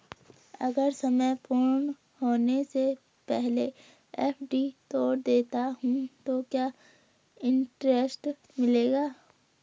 अगर समय पूर्ण होने से पहले एफ.डी तोड़ देता हूँ तो क्या इंट्रेस्ट मिलेगा?